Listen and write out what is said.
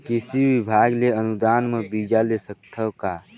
कृषि विभाग ले अनुदान म बीजा ले सकथव का?